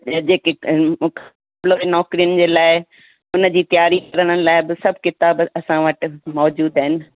जेकी नौकिरीनि जे लाइ हुन जी तयारी करण लाइ बि सभु किताबु असां वटि मौज़ुद आहिनि